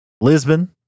Lisbon